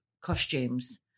costumes